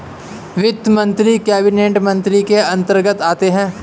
वित्त मंत्री कैबिनेट मंत्री के अंतर्गत आते है